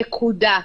נקודה.